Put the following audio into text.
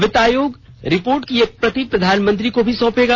वित्त आयोग रिपोर्ट की एक प्रति प्रधानमंत्री को भी सौंपेगा